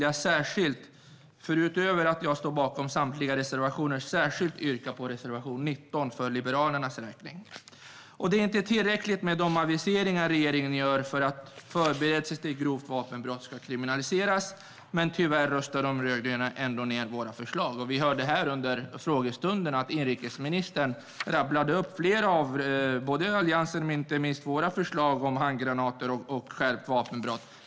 Jag står bakom samtliga reservationer, men jag vill särskilt yrka bifall till reservation 19 för Liberalernas räkning. Det är inte tillräckligt med de aviseringar regeringen gör för att förberedelse till grovt vapenbrott ska kriminaliseras, men tyvärr röstar de rödgröna ändå ned vårt förslag. Vi hörde här under frågestunden att inrikesministern rabblade upp flera av Alliansens och inte minst Liberalernas förslag om handgranater och skärpt vapenbrott.